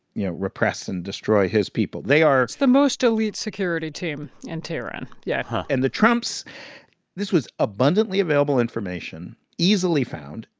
you know, repress and destroy his people. they are. it's the most elite security team in tehran, yeah and the trumps this was abundantly available information easily found.